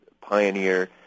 pioneer